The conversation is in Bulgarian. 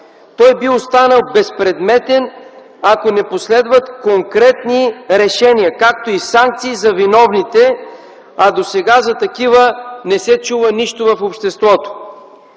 Той би останал безпредметен, ако не последват конкретни решения, както и санкции за виновните. А досега за такива не се чува нищо в обществото.